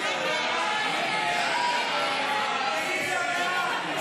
בושה וחרפה.